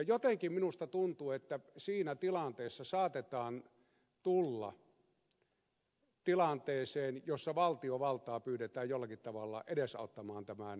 jotenkin minusta tuntuu siltä että siinä tilanteessa saatetaan tulla tilanteeseen jossa valtiovaltaa pyydetään jollakin tavalla edesauttamaan tämän sopimustilanteen syntyä